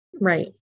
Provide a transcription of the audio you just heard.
right